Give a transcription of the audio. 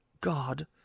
God